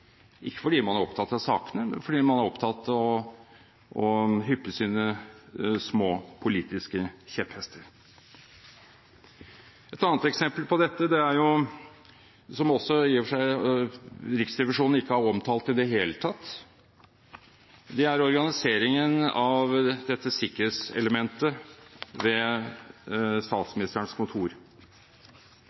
ikke fordi man er opptatt av sakene, men fordi man er opptatt av å ri sine små politiske kjepphester. Et annet eksempel på dette – som Riksrevisjonen i og for seg ikke har omtalt i det hele tatt – er organiseringen av dette sikkerhetselementet ved Statsministerens kontor.